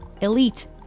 Elite